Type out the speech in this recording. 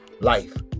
Life